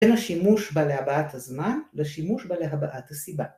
שימוש בה להבאת הזמן ושימוש בה להבאת הסיבה